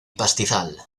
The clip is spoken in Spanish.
pastizal